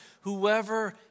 Whoever